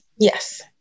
Yes